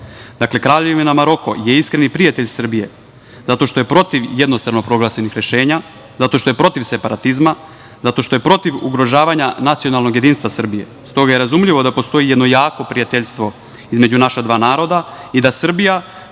Kraljevina Maroko je iskreni prijatelj Srbije zato što je protiv jednostrano proglašenih rešenja, zato što je protiv separatizma, zato što je protiv ugrožavanja nacionalnog jedinstva Srbije.S toga je razumljivo da postoji jedno jako prijateljstvo između naša dva naroda i da Srbija